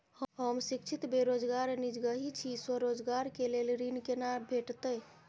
हम शिक्षित बेरोजगार निजगही छी, स्वरोजगार के लेल ऋण केना भेटतै?